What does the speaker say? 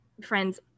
friends